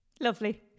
Lovely